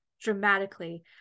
dramatically